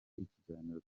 ikiganiro